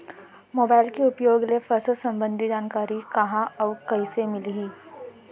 Mobile के उपयोग ले फसल सम्बन्धी जानकारी कहाँ अऊ कइसे मिलही?